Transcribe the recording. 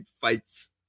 fights